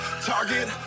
target